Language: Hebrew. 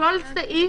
כל סעיף